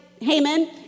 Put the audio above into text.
Haman